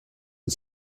and